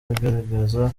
agerageza